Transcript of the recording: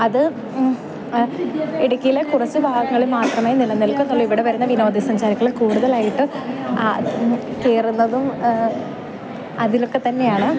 അത് ഇടുക്കിയിലെ കുറച്ച് ഭാഗങ്ങൾ മാത്രമേ നിലനിൽക്കത്തുള്ളൂ ഇവിടെ വരുന്ന വിനോദസഞ്ചാരികൾ കൂടുതലായിട്ട് അതിങ്ങ് കയറുന്നതും അതിലൊക്കെ തന്നെയാണ്